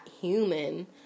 human